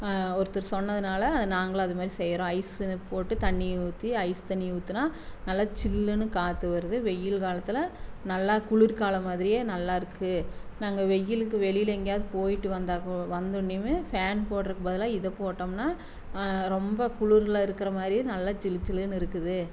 ஒருத்தர் சொன்னதுனால் அது நாங்களும் அது மாதிரி செய்கிறோம் ஐஸுனு போட்டு தண்ணி ஊற்றி ஐஸ் தண்ணி ஊற்றுனா நல்லா சில்லுனு காத்து வருது வெயில் காலத்தில் நல்லா குளிர் காலம் மாதிரியே நல்லாயிருக்கு நாங்க வெயிலுக்கு வெளியில் எங்கேயாவது போயிட்டு வந்தா வந்தோனையும் ஃபேன் போடுறக்கு பதில் இதை போட்டோம்னா ரொம்ப குளூரில் இருக்கிற மாதிரியே நல்ல சில்லு சில்லுன்னு இருக்குது